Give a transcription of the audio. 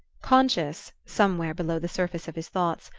conscious, somewhere below the surface of his thoughts,